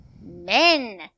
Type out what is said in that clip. men